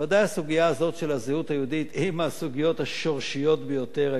בוודאי הסוגיה הזאת של הזהות היהודית היא מהסוגיות השורשיות ביותר,